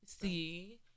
See